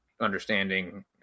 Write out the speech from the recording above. understanding